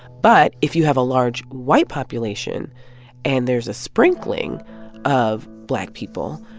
but if you have a large white population and there's a sprinkling of black people,